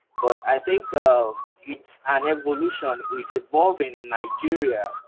but i think um it's an evolution. it's evolving in nigeria.